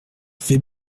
fais